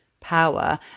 power